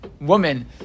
woman